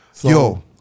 Yo